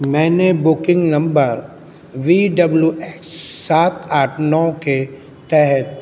میں نے booking number V W S سات آٹھ نو کے تحت